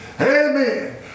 amen